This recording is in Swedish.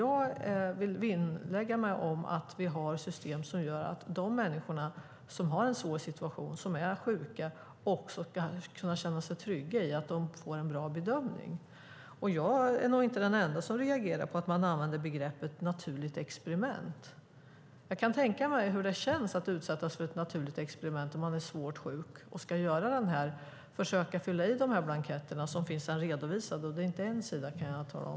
Jag vill vinnlägga mig om att vi har system som gör att de människor som har en svår situation och är sjuka ska kunna känna sig trygga i att de får en bra bedömning. Jag är nog inte den enda som reagerar på att man använder begreppet "naturligt experiment". Jag kan tänka mig hur det känns att utsättas för ett naturligt experiment om man är svårt sjuk och ska försöka fylla i de här blanketterna som finns redovisade. Det handlar inte om en sida, kan jag tala om.